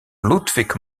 ludwig